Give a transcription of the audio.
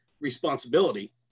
responsibility